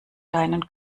deinen